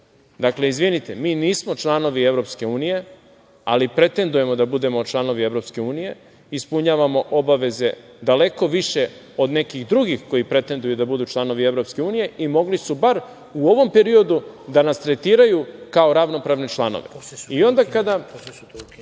opreme. Izvinite, mi nismo članovi EU, ali pretendujemo da budemo članovi EU, ispunjavamo obaveze daleko više od nekih drugih koji pretenduju da budu članovi EU i mogli su bar u ovom periodu da nas tretiraju kao ravnopravne članove. Posle su to ukinuli,